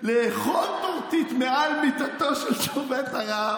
קראתי את הכול בשבת.